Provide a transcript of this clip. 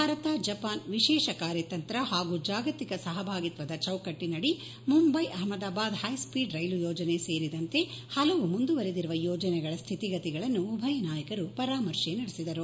Bharat Japan ವಿಶೇಷ ಕಾರ್ಯತಂತ್ರ ಹಾಗೂ ಜಾಗತಿಕ ಸಹಭಾಗಿತ್ಸದ ಚೌಕಟ್ಟಿನಡಿ ಮುಂಬೈ ಅಹಮದಾಬಾದ್ ಹೈಸ್ವೀಡ್ ರೈಲು ಯೋಜನೆ ಸೇರಿದಂತೆ ಹಲವು ಮುಂದುವರೆದಿರುವ ಯೋಜನೆಗಳ ಸ್ಥಿತಿಗತಿಗಳನ್ನು ಉಭಯ ನಾಯಕರು ಪರಾಮರ್ಶೆ ನಡೆಸಿದರು